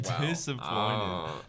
Disappointed